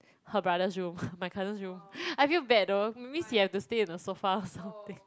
her brother's room my cousin's room I feel bad though that means he have to sleep on the sofa or something